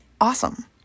awesome